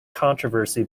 controversy